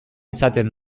izaten